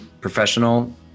professional